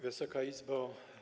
Wysoka Izbo!